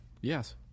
Yes